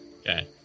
Okay